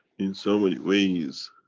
in so many ways,